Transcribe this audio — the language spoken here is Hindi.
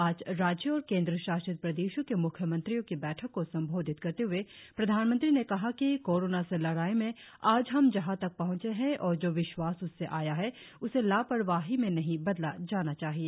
आज राज्यों और केन्द्रशासित प्रदेशों के म्ख्यमंत्रियों की बैठक को संबोधित करते हए प्रधानमंत्री ने कहा कि कोरोना से लड़ाई में आज हम जहां तक पहंचे हैं और जो विश्वास उससे आया है उसे लापरवाही में नहीं बदला जाना चाहिए